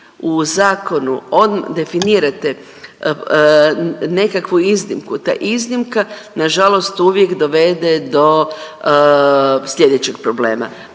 u zakonu definirate nekakvu iznimku ta iznimka nažalost uvijek dovede do slijedećeg problema.